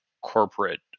corporate